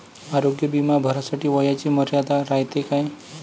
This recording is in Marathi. आरोग्य बिमा भरासाठी वयाची मर्यादा रायते काय?